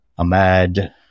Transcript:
Ahmed